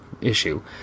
issue